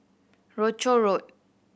Rochor Road